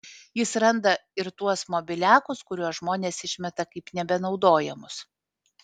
jis randa ir tuos mobiliakus kuriuos žmonės išmeta kaip nebenaudojamus